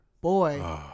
boy